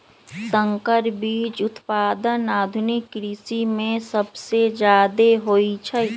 संकर बीज उत्पादन आधुनिक कृषि में सबसे जादे होई छई